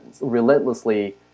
relentlessly